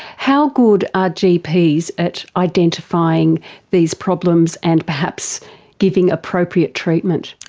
how good are gps at identifying these problems and perhaps giving appropriate treatment?